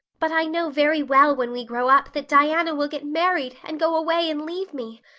but i know very well when we grow up that diana will get married and go away and leave me.